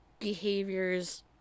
behaviors